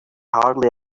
hardly